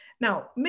Now